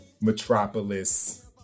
metropolis